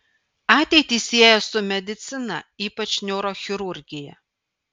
ateitį sieja su medicina ypač neurochirurgija